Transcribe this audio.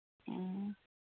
ꯑꯣ